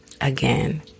again